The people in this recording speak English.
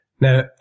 Now